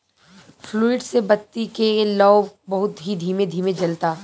fluid से बत्ती के लौं बहुत ही धीमे धीमे जलता